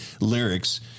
lyrics